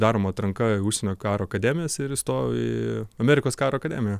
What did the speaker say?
daroma atranka į užsienio karo akademijas ir įstojau į amerikos karo akademiją